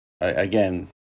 again